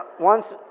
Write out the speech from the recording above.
once,